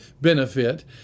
benefit